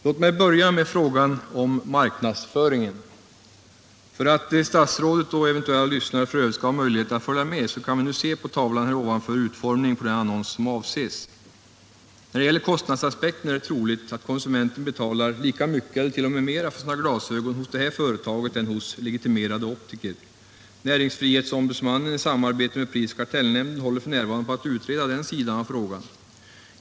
Låt mig börja med frågan om marknadsföringen. För att statsrådet och eventuella övriga lyssnare skall ha en möjlighet att följa med visar jag nu på TV-skärmen utformningen av den annons som avses. När det gäller kostnadsaspekten är det troligt att konsumenten hos det här företaget betalar lika mycket som eller t.o.m. mera än hos legitimerade optiker för sina glasögon. Näringsfrihetsombudsmannen håller f. n. i samarbete med prisoch kartellnämnden på att utreda den sidan av frågan.